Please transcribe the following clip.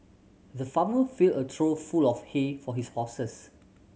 the farmer filled a trough full of hay for his horses